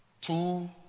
two